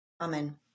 Amen